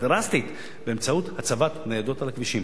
דרסטית באמצעות הצבת ניידות על הכבישים.